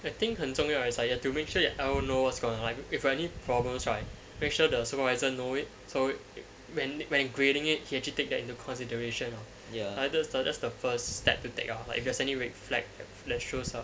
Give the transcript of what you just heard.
I think 很重要 right is like you have to make sure your L_O know what's going on if got any problems right make sure the supervisor know it so when when grading it he actually take that into consideration ah that's the that's the first step to take ah like if there's any red flag that shows up